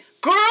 Girl